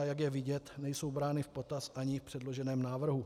A jak je vidět, nejsou brány v potaz ani v předloženém návrhu.